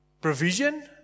provision